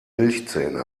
milchzähne